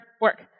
work